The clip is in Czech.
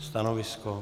Stanovisko?